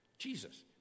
Jesus